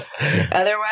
Otherwise